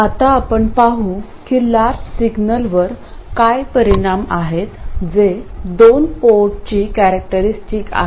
आता आपण पाहू की लार्ज सिग्नलवर काय परिणाम आहेत जे दोन पोर्टची कॅरेक्टरस्टिक आहेत